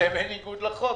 בניגוד לחוק.